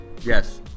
Yes